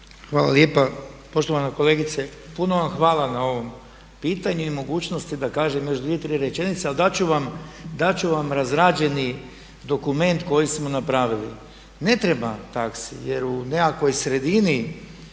Hvala lijepa. Poštovana kolegice, puno vam hvala na ovom pitanju i mogućnosti da kažem još dvije, tri rečenice. Ali dat ću vam razrađeni dokument koji smo napravili. Ne treba taksi, jer u nekakvoj sredini